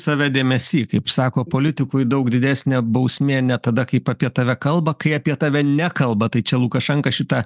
save dėmesį kaip sako politikui daug didesnė bausmė ne tada kaip apie tave kalba kai apie tave nekalba tai čia lukašenka šitą